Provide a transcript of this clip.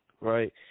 right